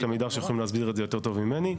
עמידר שיכולים להסביר את זה יותר טוב ממני.